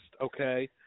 okay